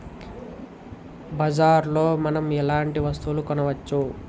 బజార్ లో మనం ఎలాంటి వస్తువులు కొనచ్చు?